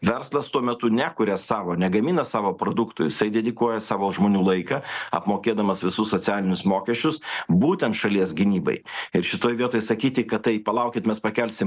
verslas tuo metu nekuria savo negamina savo produktų jisai dedikuoja savo žmonių laiką apmokėdamas visus socialinius mokesčius būtent šalies gynybai ir šitoj vietoj sakyti kad tai palaukit mes pakelsim